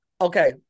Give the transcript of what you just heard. Okay